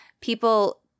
People